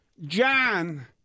John